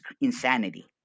insanity